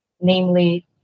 namely